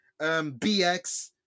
BX